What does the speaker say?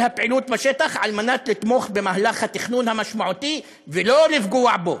הפעילות בשטח על מנת לתמוך במהלך התכנון המשמעותי ולא לפגוע בו.